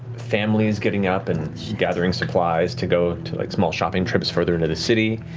families getting up and gathering supplies to go to like small shopping trips further into the city,